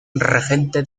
regente